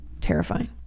terrifying